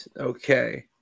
okay